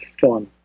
fun